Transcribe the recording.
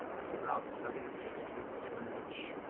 is about seven sixteen of an inch.